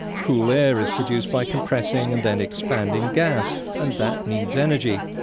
cool air is produced by compressing and then expanding gas, and that needs energy.